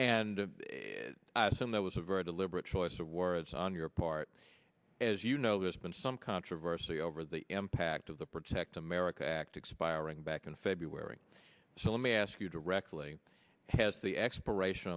and i assume that was a very deliberate choice of words on your part as you know there's been some controversy over the impact of the protect america act expiring back in february so let me ask you directly has the expiration